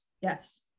yes